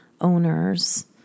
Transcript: owners